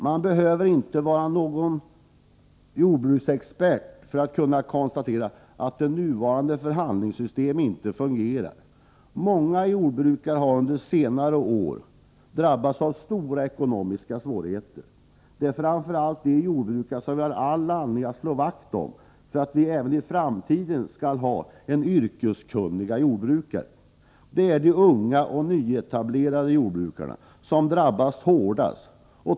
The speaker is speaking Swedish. Man behöver inte vara jordbruksexpert för att kunna konstatera att det nuvarande förhandlingssystemet inte fungerar. Många jordbrukare har under senare år drabbats av stora ekonomiska svårigheter. Det är framför allt dessa jordbrukare som vi har anledning att hjälpa för att även i framtiden ha en yrkeskunnig jordbrukarkår. Det är de unga och nyetablerade jordbrukarna som drabbats hårdast.